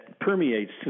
permeates